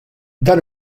dan